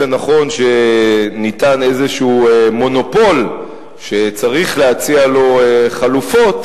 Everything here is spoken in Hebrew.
זה נכון שניתן איזה מונופול שצריך להציע לו חלופות,